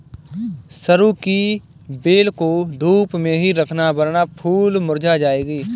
सरू की बेल को धूप में ही रखना वरना फूल मुरझा जाएगी